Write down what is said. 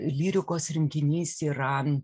lyrikos rinkinys yra